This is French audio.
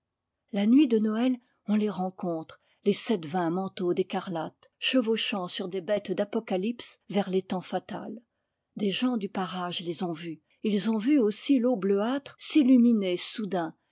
la nuit de noël on les rencontre les sept vingts man teaux d'écarlate chevauchant sur des bêtes d'apocalypse vers l'étang fatal des gens du parage les ont vus et ils ont vu aussi l'eau bleuâtre s'illuminer soudain